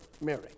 Mary